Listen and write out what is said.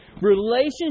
Relationship